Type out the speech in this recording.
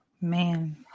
man